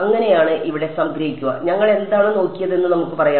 അങ്ങനെയാണ് ഇവിടെ സംഗ്രഹിക്കുക ഞങ്ങൾ എന്താണ് നോക്കിയതെന്ന് നമുക്ക് നോക്കാം